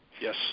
Yes